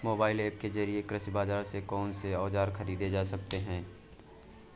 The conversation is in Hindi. मोबाइल ऐप के जरिए कृषि बाजार से कौन से औजार ख़रीदे जा सकते हैं?